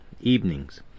evenings